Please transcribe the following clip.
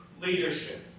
leadership